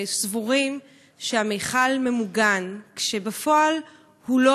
סבורים שהמכל ממוגן כשבפועל הוא לא